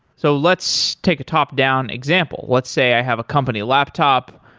so let's take a top-down example. let's say i have a company laptop,